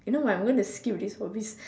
you know what I'm gonna skip this whole be~